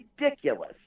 ridiculous